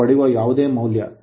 ಇದರಿಂದ 2 Z 0